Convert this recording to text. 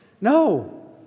No